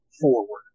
forward